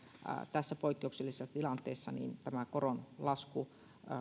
tässä poikkeuksellisessa tilanteessa tämä koron lasku